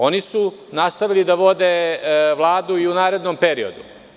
Oni su nastavili da vode Vladu i u narednom periodu.